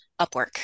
upwork